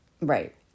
Right